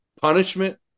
punishment